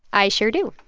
i sure do.